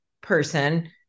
person